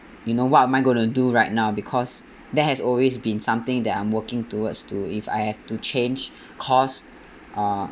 you know what am I going to do right now because there has always been something that I'm working towards to if I have to change course uh